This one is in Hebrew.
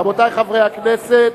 רבותי חברי הכנסת,